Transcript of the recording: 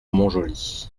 montjoly